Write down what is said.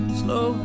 slow